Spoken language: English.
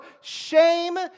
shame